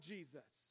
Jesus